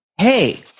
hey